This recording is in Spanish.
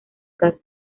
casa